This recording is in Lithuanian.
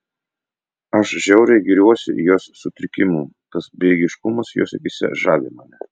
aš žiauriai gėriuosi jos sutrikimu tas bejėgiškumas jos akyse žavi mane